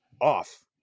off